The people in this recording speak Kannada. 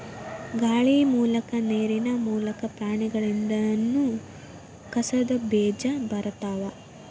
ಗಾಳಿ ಮೂಲಕಾ ನೇರಿನ ಮೂಲಕಾ, ಪ್ರಾಣಿಗಳಿಂದನು ಕಸದ ಬೇಜಾ ಬರತಾವ